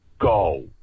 go